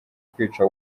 kwica